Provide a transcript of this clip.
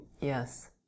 yes